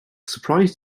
surprised